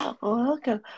Welcome